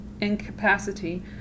incapacity